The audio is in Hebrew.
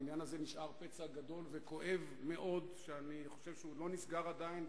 והעניין הזה נשאר פצע גדול וכואב מאוד שאני חושב שלא נסגר עדיין,